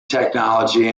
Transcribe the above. technology